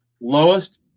lowest